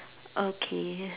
okay